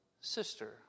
sister